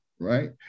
right